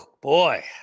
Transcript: boy